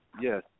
yes